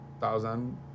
thousand